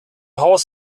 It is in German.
haus